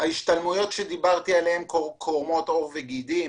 ההשתלמויות קורמות עור וגידים.